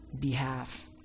behalf